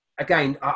Again